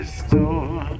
store